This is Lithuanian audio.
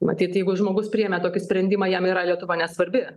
matyt jeigu žmogus priėmė tokį sprendimą jam yra lietuva nesvarbi